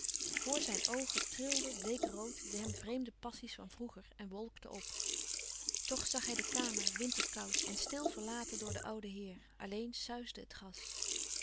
voor zijn oogen trilden bleek rood de hem vreemde passies van vroeger en wolkten op toch zag hij de kamer winterkoud en stil verlaten door den ouden heer alleen suisde het gas